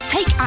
Take